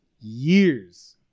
Years